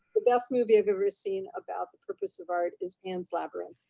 the best movie i've ever seen about the purpose of art is pan's labyrinth.